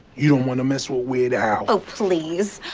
you don't want to mess with weird al oh, please.